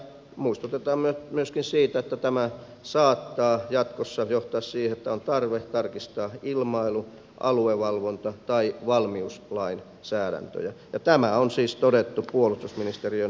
ja muistutetaan myöskin siitä että tämä saattaa jatkossa johtaa siihen että on tarve tarkistaa ilmailu aluevalvonta tai valmiuslainsäädäntöjä ja tämä on siis todettu puolustusministeriön virallisessa lausunnossa